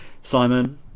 Simon